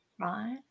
right